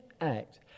act